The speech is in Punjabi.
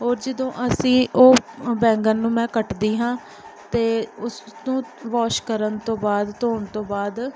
ਔਰ ਜਦੋਂ ਅਸੀਂ ਉਹ ਬੈਂਗਣ ਨੂੰ ਮੈਂ ਕੱਟਦੀ ਹਾਂ ਅਤੇ ਉਸਨੂੰ ਵੋਸ਼ ਕਰਨ ਤੋਂ ਬਾਅਦ ਧੋਣ ਤੋਂ ਬਾਅਦ